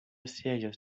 serious